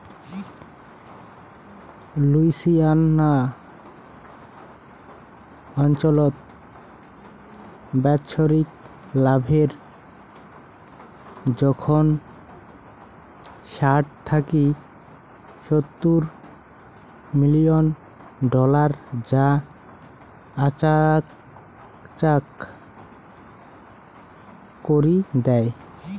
Louisiana অঞ্চলত বাৎসরিক লাভের জোখন ষাট থাকি সত্তুর মিলিয়ন ডলার যা আচাকচাক করি দ্যায়